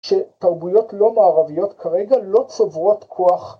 ‫שתרבויות לא מערביות ‫כרגע לא צוברות כוח.